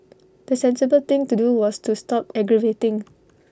the sensible thing to do was to stop aggravating